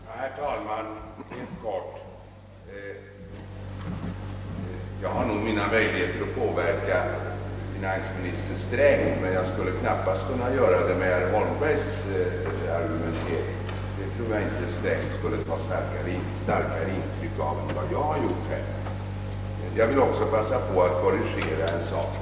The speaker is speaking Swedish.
Herr talman! Jag vill mycket kort säga att jag nog har visa möjligheter att påverka finansminister Sträng, men jag skulle knappast kunna göra det med herr Holmbergs argumentering. Då tror jag inte herr Sträng skulle ta starkare intryck än vad jag här har gjort. Vidare vill jag passa på att korrigera en uppgift.